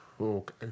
Okay